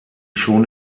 schon